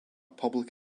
public